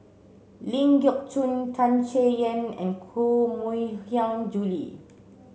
Ling Geok Choon Tan Chay Yan and Koh Mui Hiang Julie